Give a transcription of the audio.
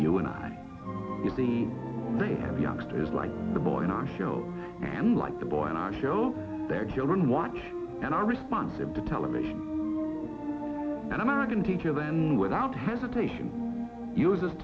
you and i think of youngsters like the boy in our show unlike the boy on our show their children watch and are responsive to television and american teacher then without hesitation uses t